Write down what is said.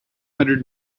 hundred